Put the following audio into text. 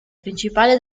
principale